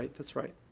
that's right.